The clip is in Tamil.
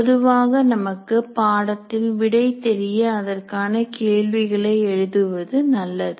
பொதுவாக நமக்கு பாடத்தில் விடை தெரிய அதற்கான கேள்விகளை எழுதுவது நல்லது